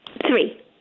Three